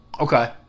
Okay